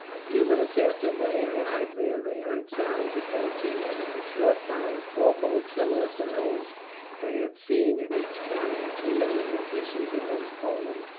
a few minutes after they arrived there they heard sounds approaching, and in a short time four boats similar to those they had seen, and each carrying two men in addition to those poling,